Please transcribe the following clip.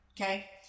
Okay